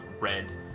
red